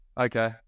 Okay